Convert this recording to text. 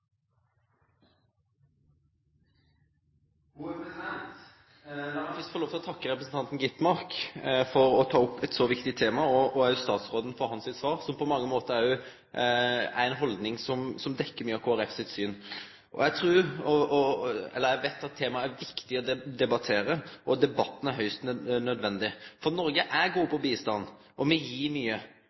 få lov til å takke representanten Skovholt Gitmark for å ta opp eit så viktig tema og òg statsråden for hans svar, som på mange måtar viser ei haldning som dekkjer mykje av Kristeleg Folkeparti sitt syn. Eg veit at det er eit viktig tema å debattere, og debatten er høgst nødvendig. Noreg er god på bistand, og me gir